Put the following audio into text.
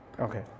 Okay